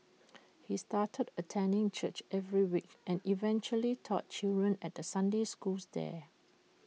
he started attending church every week and eventually taught children at the Sunday schools there